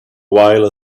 while